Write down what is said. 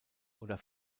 oder